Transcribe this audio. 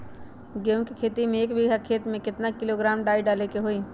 गेहूं के खेती में एक बीघा खेत में केतना किलोग्राम डाई डाले के होई?